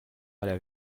parler